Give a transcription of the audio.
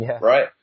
right